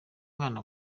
mwana